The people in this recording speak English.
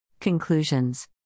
Conclusions